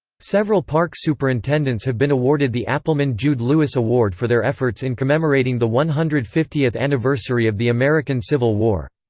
several park superintendents have been awarded the appleman-jude-lewis award for their efforts in commemorating the one hundred and fiftieth anniversary of the american civil war.